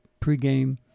pregame